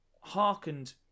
hearkened